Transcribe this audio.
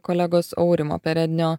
kolegos aurimo perednio